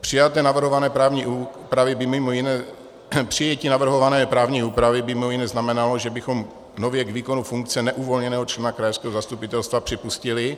Přijetí navrhované právní úpravy by mimo jiné znamenalo, že bychom nově k výkonu funkce neuvolněného člena krajského zastupitelstva připustili,